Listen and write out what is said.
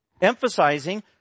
Emphasizing